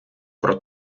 про